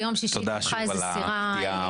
ביום שישי התהפכה איזו סירה.